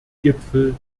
gipfel